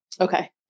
Okay